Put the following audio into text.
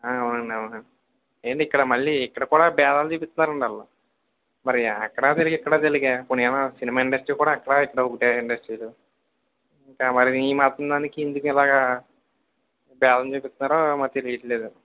అవునండీ అవును ఏంటి ఇక్కడ మళ్ళీ ఇక్కడ కూడా భేదాలు చూపిస్తున్నారు అండి వాళ్ళు మరి అక్కడా తెలుగే ఇక్కడా తెలుగే పోనీ ఏవన్నా సినిమా ఇండస్ట్రీ కూడా అక్కడ ఇక్కడ ఒక్కటే ఇండస్ట్రీలు ఇంకా మరి ఈ మాత్రం దానికి ఎందుకు ఇలాగ భేదం చుపిస్తున్నారో మరి తెలియట్లేదు